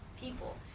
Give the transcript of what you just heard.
people